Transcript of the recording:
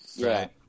Right